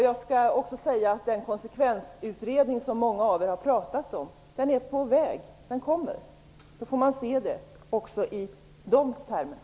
Jag skall också säga att den konsekvensutredning som många av er har pratat om är på väg. Den kommer. Då får man se det också i de termerna.